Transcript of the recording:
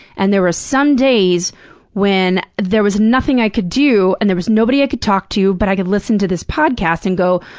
and there were some days when there was nothing i could do and there was nobody i could talk to, but i could listen to this podcast and go,